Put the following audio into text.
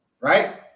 right